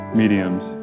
mediums